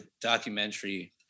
documentary